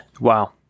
Wow